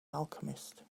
alchemist